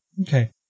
Okay